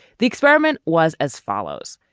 the experiment was as follows.